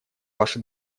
ваши